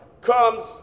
comes